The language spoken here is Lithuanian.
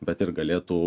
bet ir galėtų